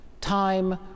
Time